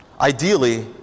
Ideally